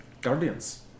guardians